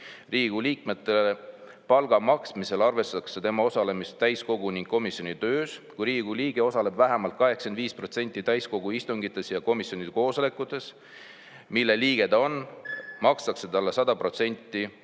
Riigikogu liikmetele palga maksmisel arvestatakse tema osalemist täiskogu ning komisjoni töös. Kui Riigikogu liige osaleb vähemalt 85% täiskogu istungitest ja komisjonide koosolekutest, mille liige ta on, makstakse talle 100%